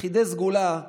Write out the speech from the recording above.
יחידי סגולה,